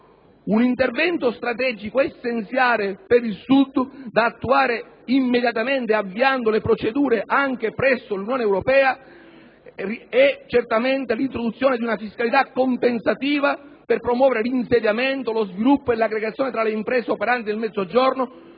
Un intervento strategico essenziale per il Sud, da attuare immediatamente, avviando le procedure anche presso l'Unione europea è certamente l'introduzione di una fiscalità compensativa per promuovere l'insediamento, lo sviluppo e l'aggregazione tra le imprese operanti nel Mezzogiorno,